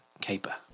caper